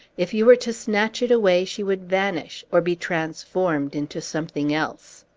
if you were to snatch it away, she would vanish, or be transformed into something else.